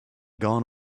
gone